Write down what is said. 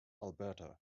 alberta